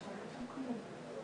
וגם כן לא יעשו את בירורי היהדות,